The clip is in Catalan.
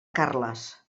carles